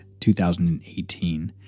2018